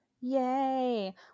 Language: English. yay